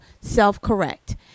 Self-Correct